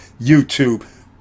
YouTube